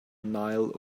nile